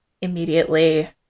immediately